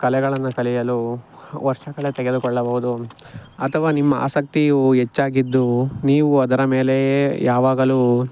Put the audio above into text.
ಕಲೆಗಳನ್ನು ಕಲಿಯಲು ವರ್ಷಗಳೇ ತೆಗೆದುಕೊಳ್ಳಬಹುದು ಅಥವಾ ನಿಮ್ಮ ಆಸಕ್ತಿಯು ಹೆಚ್ಚಾಗಿದ್ದು ನೀವು ಅದರ ಮೇಲೆಯೇ ಯಾವಾಗಲೂ